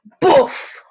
boof